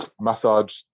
Massage